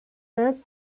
work